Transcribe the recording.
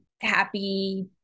happy